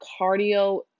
Cardio